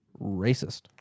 racist